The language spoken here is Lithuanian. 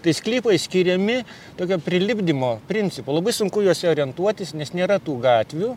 tai sklypai skiriami tokio prilipdymo principu labai sunku juose orientuotis nes nėra tų gatvių